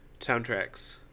soundtracks